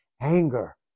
anger